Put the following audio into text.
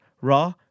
raw